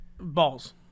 Balls